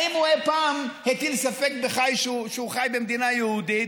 האם הוא אי-פעם הטיל ספק בכך שהוא חי במדינה יהודית.